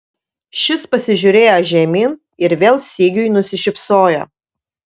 šis pasižiūrėjo žemyn ir vėl sigiui nusišypsojo